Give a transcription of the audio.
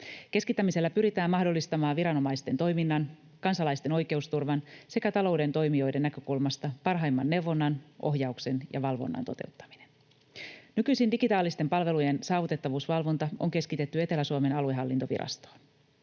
Keskittämisellä pyritään mahdollistamaan viranomaisten toiminnan, kansalaisten oikeusturvan sekä talouden toimijoiden näkökulmasta parhaimman neuvonnan, ohjauksen ja valvonnan toteuttaminen. Nykyisin digitaalisten palvelujen saavutettavuusvalvonta on keskitetty Etelä-Suomen aluehallintovirastoon.